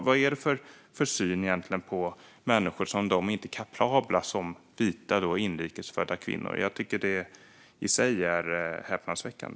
Vad är det egentligen för syn på människor? Är de inte lika kapabla som vita inrikes födda kvinnor? Jag tycker att det i sig är häpnadsväckande.